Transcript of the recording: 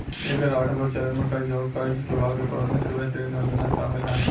एकर आठगो चरन में कर्ज आउर कर्ज चुकाए के प्रबंधन के बेहतरीन योजना सामिल ह